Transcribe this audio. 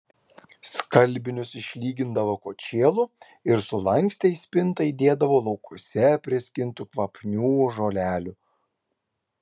skalbinius išlygindavo kočėlu ir sulankstę į spintą įdėdavo laukuose priskintų kvapnių žolelių